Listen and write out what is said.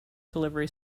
delivery